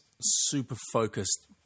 super-focused